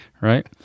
Right